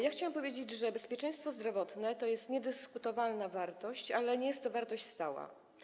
Ja chciałam powiedzieć, że bezpieczeństwo zdrowotne to jest niedyskutowalna wartość, ale nie jest to wartość stała.